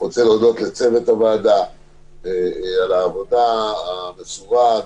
רוצה להודות לצוות הוועדה על העבודה המסורה,